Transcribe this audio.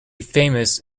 famous